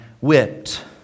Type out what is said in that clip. whipped